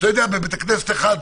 בבית כנסת אחד,